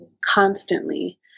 constantly